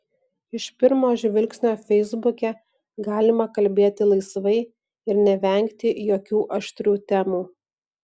iš pirmo žvilgsnio feisbuke galima kalbėti laisvai ir nevengti jokių aštrių temų